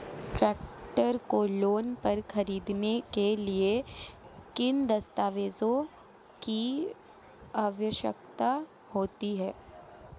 Tractor को loan पर खरीदने के लिए किन दस्तावेज़ों की आवश्यकता होती है?